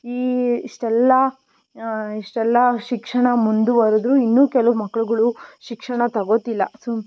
ಈ ಇಷ್ಟೆಲ್ಲಾ ಇಷ್ಟೆಲ್ಲಾ ಶಿಕ್ಷಣ ಮುಂದುವರೆದು ಇನ್ನು ಕೆಲವು ಮಕ್ಳುಗಳು ಶಿಕ್ಷಣ ತಗೋತಿಲ್ಲ ಸುಮ್